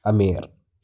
അമീർ